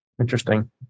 Interesting